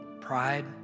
Pride